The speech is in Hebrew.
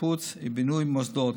שיפוץ ובינוי של מוסדות.